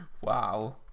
Wow